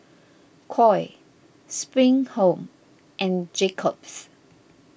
Koi Spring Home and Jacob's